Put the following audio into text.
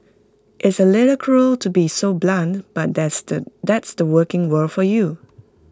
it's A little cruel to be so blunt but that's the that's the working world for you